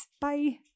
Bye